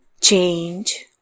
change